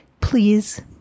Please